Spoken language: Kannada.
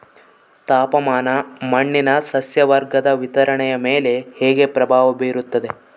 ತಾಪಮಾನ ಮಣ್ಣಿನ ಸಸ್ಯವರ್ಗದ ವಿತರಣೆಯ ಮೇಲೆ ಹೇಗೆ ಪ್ರಭಾವ ಬೇರುತ್ತದೆ?